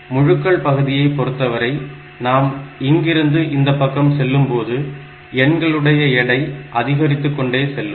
இப்போது முழுக்கள் பகுதியை பொறுத்தவரை நாம் இங்கிருந்து இந்தப் பக்கம் செல்லும்போது எண்களுடைய எடை அதிகரித்துக்கொண்டே செல்லும்